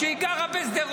שהיא גרה בשדרות,